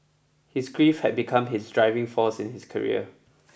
his grief had become his driving force in his career